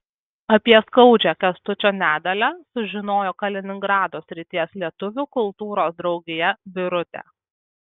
apie skaudžią kęstučio nedalią sužinojo kaliningrado srities lietuvių kultūros draugija birutė